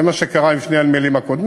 זה מה שקרה עם שני הנמלים הקודמים,